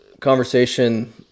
conversation